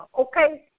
Okay